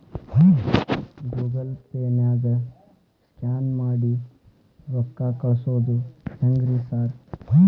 Google ಪೇನಾಗ scan ಮಾಡಿ ರೊಕ್ಕಾ ಕಳ್ಸೊದು ಹೆಂಗ್ರಿ ಸಾರ್?